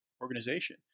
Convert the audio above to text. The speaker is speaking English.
organization